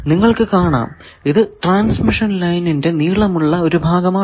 നിങ്ങൾക്കു കാണാം ഇത് ട്രാൻസ്മിഷൻ ലൈനിന്റെ l നീളമുള്ള ഒരു ഭാഗമാണ്